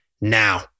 now